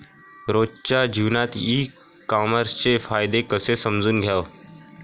रोजच्या जीवनात ई कामर्सचे फायदे कसे समजून घ्याव?